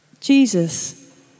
Jesus